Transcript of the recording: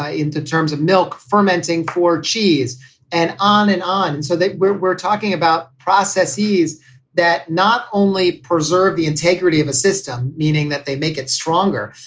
ah into terms of milk fermenting for cheese and on and on so we're we're we're talking about processes that not only preserve the integrity of a system, meaning that they make it stronger,